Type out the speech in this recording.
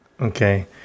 Okay